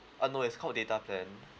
uh no it's called data plan